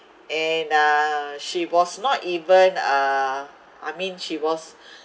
and uh she was not even uh I mean she was